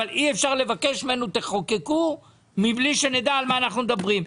אבל אי אפשר לבקש מאיתנו לחוקק מבלי שנדע על מה אנחנו מדברים.